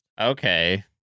Okay